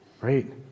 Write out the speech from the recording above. right